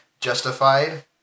justified